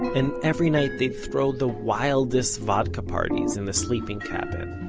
and every night they'd throw the wildest vodka parties in the sleeping cabin.